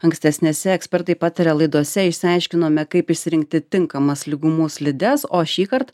ankstesnėse ekspertai pataria laidose išsiaiškinome kaip išsirinkti tinkamas lygumų slides o šįkart